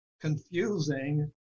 confusing